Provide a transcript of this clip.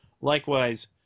Likewise